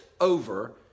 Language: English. over